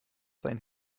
sein